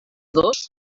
dos